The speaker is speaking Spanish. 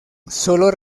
sólo